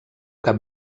cap